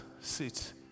sit